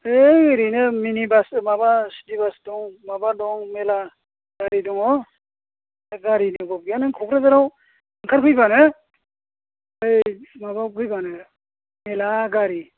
है ओरैनो mini bus माबा सिति बास दं माबा दं मेला गारि दङ दा गारिनि अभाब गैया नों क'क्राझाराव ओंखारफैबानो बै माबायाव फैबानो मेला गारि